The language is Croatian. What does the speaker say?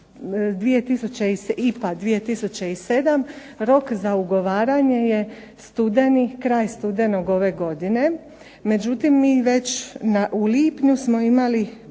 IPA 2007 rok za ugovaranje je studeni, kraj studenog ove godine, međutim mi već u lipnju smo imali